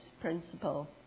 principle